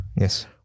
Yes